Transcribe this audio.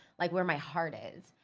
like where my heart is.